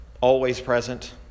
always-present